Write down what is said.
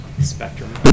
spectrum